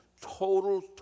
total